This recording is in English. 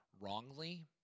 wrongly